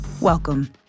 welcome